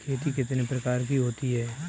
खेती कितने प्रकार की होती है?